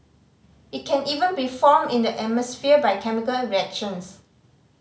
it can even be formed in the atmosphere by chemical reactions